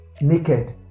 naked